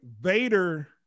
Vader